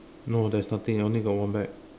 no there's nothing I only got one bag